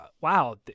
wow